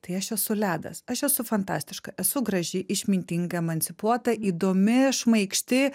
tai aš esu ledas aš esu fantastiška esu graži išmintinga emancipuota įdomi šmaikšti